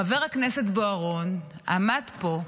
חבר הכנסת בוארון עמד פה,